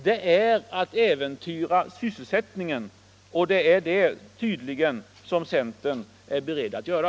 Det är att äventyra sysselsättningen. Och det är tydligen centern beredd att göra.